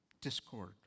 discord